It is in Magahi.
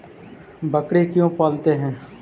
बकरी क्यों पालते है?